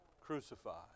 crucified